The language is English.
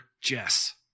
jess